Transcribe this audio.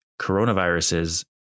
coronaviruses